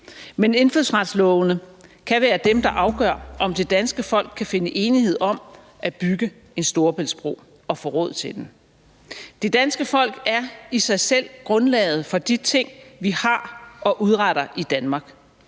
Indfødsretslovene kan være dem, der afgør, om det danske folk kan finde enighed om at bygge en Storebæltsbro – og få råd til den. Det danske folk er i sig selv grundlaget for de ting, vi har og udretter i Danmark.